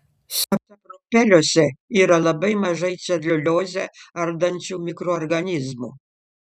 sapropeliuose yra labai mažai celiuliozę ardančių mikroorganizmų